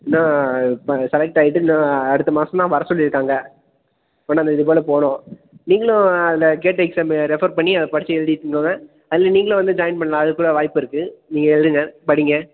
இன்னும் இப்போ செலக்ட் ஆயிட்டு இன்னும் அடுத்த மாசம்தான் வரச் சொல்லியிருக்காங்க ஒன்றாந்தேதி போல போகணும் நீங்களும் அதில் கேட் எக்ஸாமு ரெஃபர் பண்ணி அதை படிச்சு எழுதிவிட்டு அதில் நீங்களும் வந்து ஜாயின் பண்ணலாம் அதுக்குக் கூட வாய்ப்பிருக்குது நீங்கள் எழுதுங்கள் படிங்க